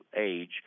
age